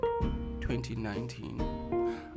2019